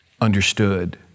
understood